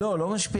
לא, לא משפיע.